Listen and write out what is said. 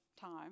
time